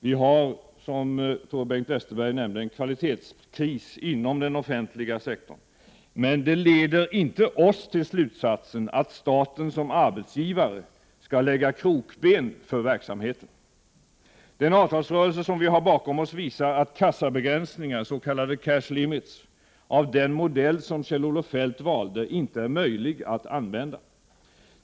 Vi har, som jag tror Bengt Westerberg nämnde, en kvalitetskris inom den offentliga sektorn. Men detta leder inte oss till slutsatsen att staten som arbetsgivare skall lägga krokben för verksamheten. Den avtalsrörelse som vi har bakom oss visar att kassabegränsningar, s.k. cash-limits, av den modell Kjell-Olof Feldt valde inte är möjliga att använda.